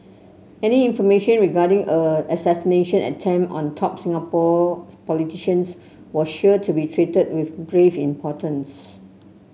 any information regarding a assassination attempt on top Singapore politicians was sure to be treated with grave importance